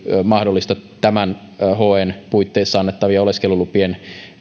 mahdollista tämän hen puitteissa annettavien oleskelulupien